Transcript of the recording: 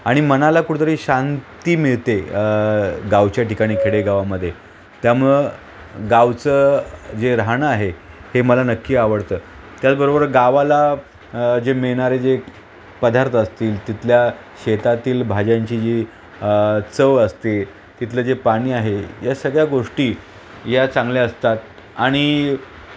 आणि मनाला कुठेतरी शांती मिळते गावच्या ठिकाणी खेडेगावामध्ये त्यामुळं गावचं जे राहणं आहे हे मला नक्की आवडतं त्याचबरोबर गावाला जे मिळणारे जे पदार्थ असतील तिथल्या शेतातील भाज्यांची जी चव असते तिथलं जे पाणी आहे या सगळ्या गोष्टी या चांगल्या असतात आणि